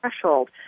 threshold